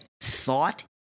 thought